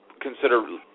consider